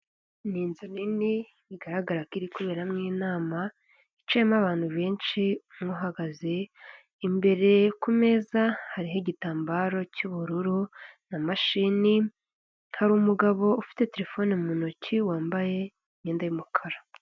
Ni inzu nini bigaragara ko iri kuberamo inama, yicayemo abantu benshi umwe ahagaze, imbere ku meza hariho igitambaro cy'ubururu na mashini, hari umugabo ufite telefone mu ntoki wambaye imyenda y'umukara.